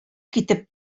китеп